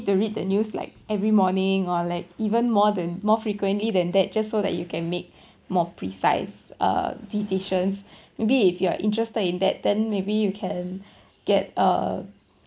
to read the news like every morning or like even more than more frequently than that just so that you can make more precise uh decisions maybe if you are interested in that then maybe you can get a